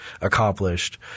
accomplished